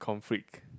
conflict